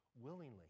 willingly